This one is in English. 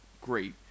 great